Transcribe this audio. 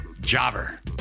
Jobber